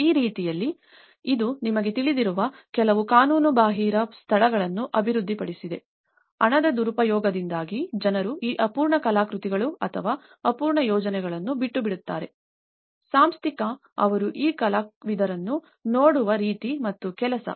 ಮತ್ತು ಆ ರೀತಿಯಲ್ಲಿ ಇದು ನಿಮಗೆ ತಿಳಿದಿರುವ ಕೆಲವು ಕಾನೂನುಬಾಹಿರ ಸ್ಥಳಗಳನ್ನು ಅಭಿವೃದ್ಧಿಪಡಿಸಿದೆ ಹಣದ ದುರುಪಯೋಗದಿಂದಾಗಿ ಜನರು ಈ ಅಪೂರ್ಣ ಕಲಾಕೃತಿಗಳು ಅಥವಾ ಅಪೂರ್ಣ ಯೋಜನೆಗಳನ್ನು ಬಿಟ್ಟುಬಿಡುತ್ತಾರೆ ಸಾಂಸ್ಥಿಕ ಅವರು ಈ ಕಲಾವಿದರನ್ನು ನೋಡುವ ರೀತಿ ಮತ್ತು ಕೆಲಸ